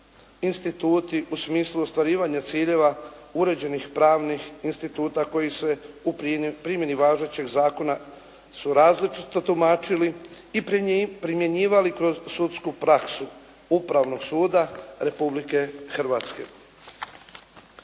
instituti u smislu ostvarivanja ciljeva uređenih pravnih instituta koji se u primjeni važećeg zakona su različito tumačili i primjenjivali kroz sudsku praksu Upravnog suda Republike Hrvatske.